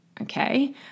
Okay